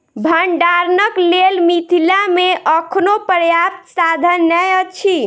भंडारणक लेल मिथिला मे अखनो पर्याप्त साधन नै अछि